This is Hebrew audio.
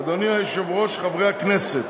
אדוני היושב-ראש, חברי חברי הכנסת,